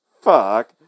Fuck